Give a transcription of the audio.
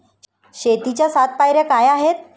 शेतीच्या सात पायऱ्या काय आहेत?